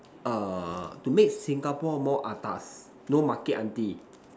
err to make Singapore more atas no Market auntie